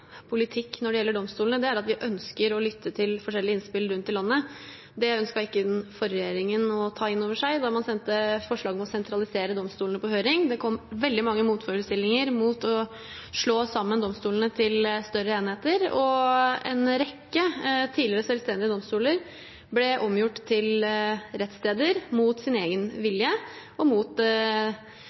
politikk når det gjelder domstolene, er at vi ønsker å lytte til forskjellige innspill fra rundt omkring i landet. Det ønsket ikke den forrige regjeringen å ta inn over seg da man sendte forslaget om å sentralisere domstolene på høring. Det kom veldig mange motforestillinger til å slå sammen domstolene til større enheter. En rekke tidligere selvstendige domstoler ble omgjort til rettssteder mot sin vilje og mot